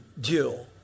deal